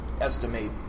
estimate